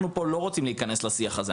אנחנו פה, לא רוצים להיכנס לשיח הזה.